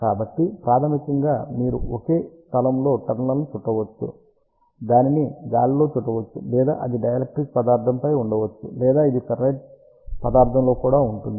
కాబట్టి ప్రాథమికంగా మీరు ఒకే స్థలంలో టర్న్ లను చుట్టవచ్చు దానిని గాలిలో చుట్టవచ్చు లేదా అది డైఎలక్ట్రిక్ పదార్థంపై ఉండవచ్చు లేదా ఇది ఫెర్రైట్ పదార్థంలో కూడా ఉంటుంది